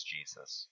Jesus